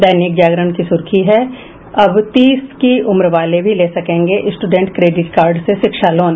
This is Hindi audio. दैनिक जागरण की सुखी है अब तीस की उम्र वाले भी ले सकेंगे स्टूडेंट क्रेडिट कार्ड से शिक्षा लोन